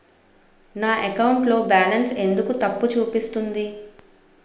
నా అకౌంట్ లో బాలన్స్ ఎందుకు తప్పు చూపిస్తుంది?